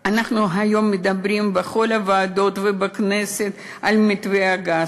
אנחנו היום מדברים בכל הוועדות ובכנסת על מתווה הגז,